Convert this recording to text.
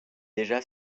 déjà